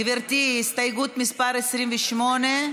גברתי, הסתייגות מס' 28?